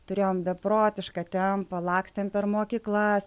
turėjom beprotišką tempą lakstėm per mokyklas